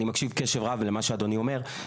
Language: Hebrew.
אני מקשיב קשב רב למה שאדוני אומר.